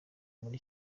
muri